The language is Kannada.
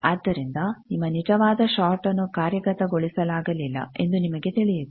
ಆದ್ದರಿಂದ ನಿಮ್ಮ ನಿಜವಾದ ಶೋರ್ಟ್ನ್ನು ಕಾರ್ಯಗತಗೊಳಿಸಲಾಗಲಿಲ್ಲ ಎಂದು ನಿಮಗೆ ತಿಳಿಯಿತು